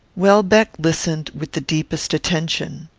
welbeck listened with the deepest attention.